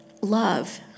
love